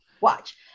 Watch